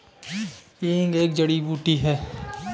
हींग एक जड़ी बूटी है